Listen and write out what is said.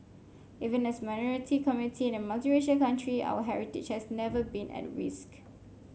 even as minority community in a multiracial country our heritage has never been at risk